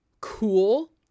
cool